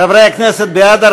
חברי הכנסת, בעד,